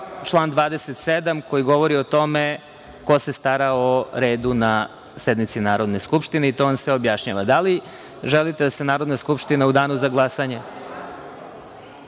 član 27. koji govori o tome ko se stara o redu na sednici Narodne skupštine i to vam sve objašnjava. Da li želite da se Narodna skupština u danu za glasanje